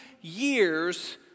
years